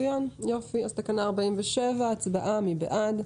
תקנה 47, הצבעה, מי בעד?